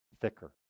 thicker